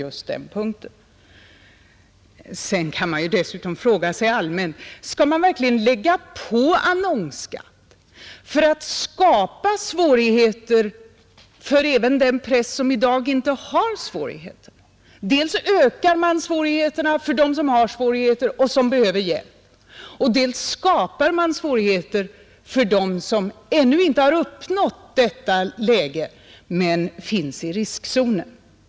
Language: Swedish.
Rent allmänt kan man fråga sig: Skall man verkligen lägga på annonsskatt och därmed skapa svårigheter även för den press som i dag inte har svårigheter? Dels ökar man svårigheterna för dem som redan har svårigheter och behöver hjälp, dels skapar man svårigheter för dem som ännu inte har uppnått detta läge men som finns i riskzonen.